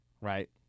right